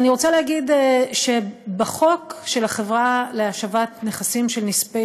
אני רוצה להגיד שבחוק של החברה להשבת נכסים של נספי